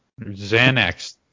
Xanax